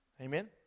Amen